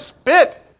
spit